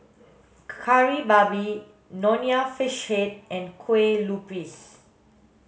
kari babi nonya fish head and kueh lupis